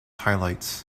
highlights